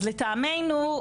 לטעמנו,